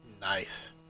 Nice